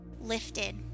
lifted